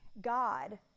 God